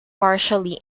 partially